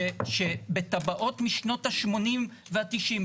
שבטבעות משנות ה-80 וה-90,